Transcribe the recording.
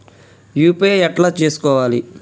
UPI ఎట్లా చేసుకోవాలి?